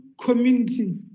community